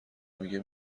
میگه